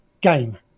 game